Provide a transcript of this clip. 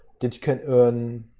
that you can earn